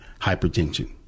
hypertension